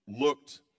looked